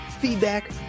feedback